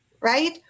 right